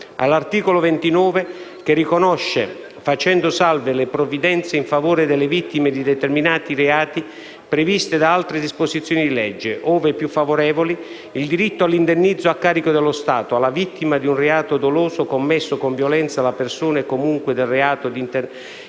l'articolo 29 che riconosce, facendo salve le provvidenze in favore delle vittime di determinati reati previste da altre disposizioni di legge, ove più favorevoli, il diritto all'indennizzo a carico dello Stato alla vittima di un reato doloso commesso con violenza alla persona e comunque del reato di intermediazione